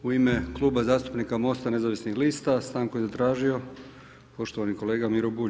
U ime Kluba zastupnika Most-a nezavisnih lista stanku je zatražio poštovani kolega Miro Bulj.